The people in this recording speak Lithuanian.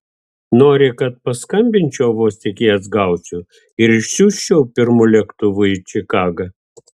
nori kad paskambinčiau vos tik jas gausiu ir išsiųsčiau pirmu lėktuvu į čikagą